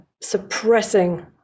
suppressing